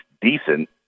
decent